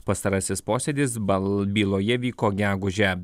pastarasis posėdis bal byloje vyko gegužę